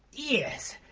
yes,